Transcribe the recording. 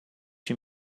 you